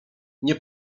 nie